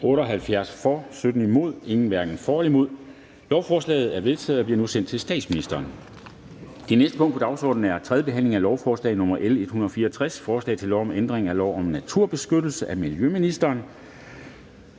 5 (NB og LA), hverken for eller imod stemte 0. Lovforslaget er vedtaget og bliver nu sendt til statsministeren. --- Det næste punkt på dagsordenen er: 8) 3. behandling af lovforslag nr. L 205: Forslag til lov om ændring af lov om en aktiv beskæftigelsesindsats,